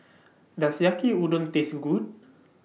Does Yaki Udon Taste Good